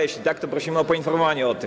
Jeśli tak, to prosimy o poinformowanie o tym.